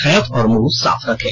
हाथ और मुंह साफ रखें